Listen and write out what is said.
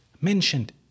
mentioned